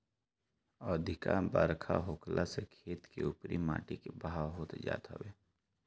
अधिका बरखा होखला से खेत के उपरी माटी के बहाव होत जात हवे